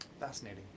Fascinating